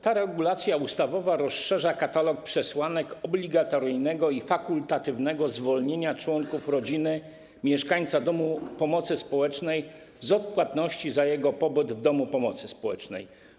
Ta regulacja ustawowa rozszerza katalog przesłanek obligatoryjnego i fakultatywnego zwolnienia członków rodziny mieszkańca domu pomocy społecznej z odpłatności za jego pobyt w domu pomocy społecznej.